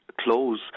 close